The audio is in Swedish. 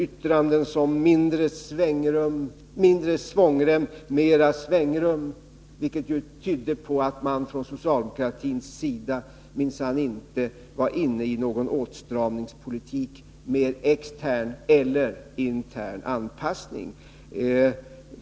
Yttranden som ”mindre svångrem, mera svängrum” tydde på att man från socialdemokratins sida minsann inte var inne på någon åtstramningspolitik med extern eller intern anpassning.